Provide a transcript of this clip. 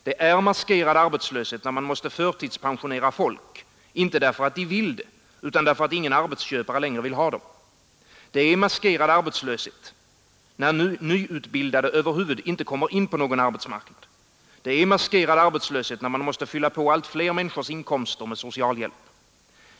Det är maskerad arbetslöshet när man måste förtidspensionera folk, inte därför att de vill det, utan därför att ingen arbetsköpare längre vill ha dem. Det är maskerad arbetslöshet när nyutbildade över huvud taget inte kommer in på någon arbetsmarknad. Det är maskerad arbetslöshet när man måste fylla på allt fler människors inkomster med socialhjälp.